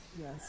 Yes